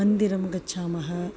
मन्दिरं गच्छामः